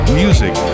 music